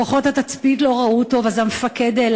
"כוחות התצפית לא ראו טוב אז המפקד העלה